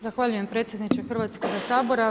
Zahvaljujem predsjedniče Hrvatskog sabora.